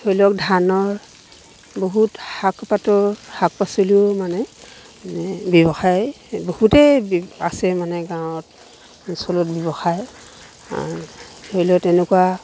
ধৰি লওক ধানৰ বহুত শাক পাতৰ শাক পাচলিও মানে এই ব্যৱসায় বহুতেই আছে মানে গাঁৱত অঞ্চলত ব্যৱসায় ধৰি লওক তেনেকুৱা